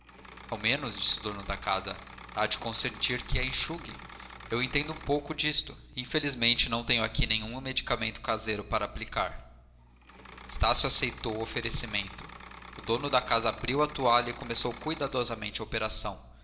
ao menos disse o dono da casa há de consentir que a enxugue eu entendo um pouco disto infelizmente não tenho aqui nenhum medicamento caseiro para aplicar estácio aceitou o oferecimento o dono da casa abriu a toalha e começou cuidadosamente a operação